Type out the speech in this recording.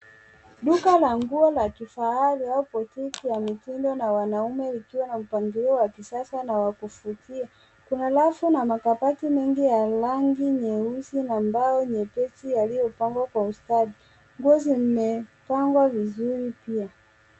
Duka la nguo la kifahari au boutique ya mtindindo na wanaume ukiwa na mpangilio wa kisasa na wa kuvutia, kuna rafu na makabati mengi ya rangi nyeusi na mbao nyepesi yaliopangwa kwa ustadi. Nguo zimepangwa vizuri pia.